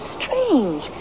strange